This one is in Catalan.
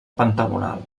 pentagonal